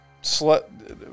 select